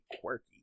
quirky